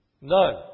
none